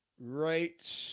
right